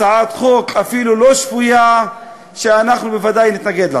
הצעת חוק אפילו לא שפויה, ואנחנו בוודאי נתנגד לה.